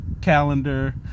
calendar